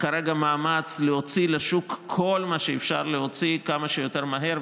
כרגע מאמץ להוציא לשוק כל מה שאפשר להוציא כמה שיותר מהר,